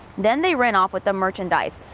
then they ran off with the merchandise.